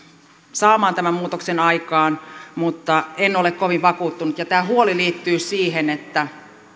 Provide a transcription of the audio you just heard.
saamaan tämän muutoksen aikaan mutta en ole kovin vakuuttunut ja tämä huoli liittyy siihen että